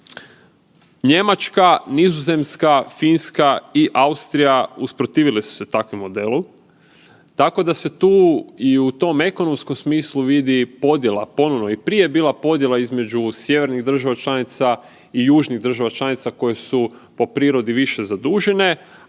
Njemačka, Nizozemska, Finska i Austrija usprotivile su se takvom modelu, tako da se tu i u tom ekonomskom smislu vidi podjela ponovno. I prije je bila podjela između sjevernih država članica i južnih država članica koje su po prirodi više zadužene,